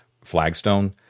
flagstone